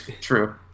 True